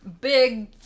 big